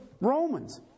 Romans